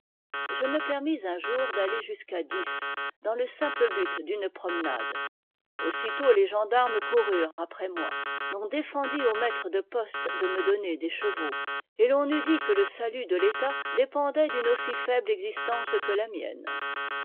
je me permis un jour d'aller jusqu'à dix dans le simple but d'une promenade aussitôt les gendarmes coururent après moi l'on défendit aux mattres de poste de me donner des chevaux et t'on eût dit que le salut de l'état dépendait d'une aussi faible existence que a mienne